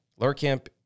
Lurkamp